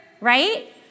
right